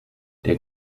der